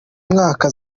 mwaka